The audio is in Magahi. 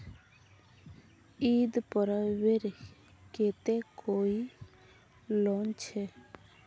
ईद पर्वेर केते कोई लोन छे?